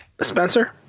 Spencer